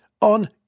on